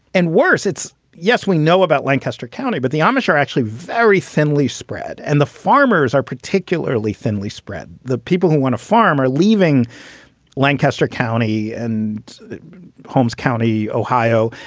and worse, it's yes, we know about lancaster county, but the amish are actually very thinly spread. and the farmers are particularly thinly spread. the people who want to farm are leaving lancaster county and holmes county, ohio.